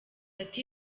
ati